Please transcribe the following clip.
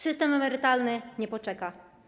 System emerytalny nie poczeka.